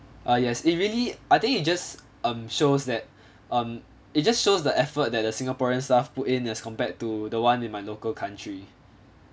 ah yes easily I think it just um shows that um it just shows the effort that the singaporean staff put in as compared to the one in my local country